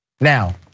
Now